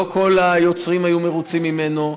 לא כל היוצרים היו מרוצים ממנו,